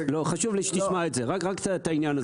חשוב לי שתשמע את זה, רק את העניין הזה.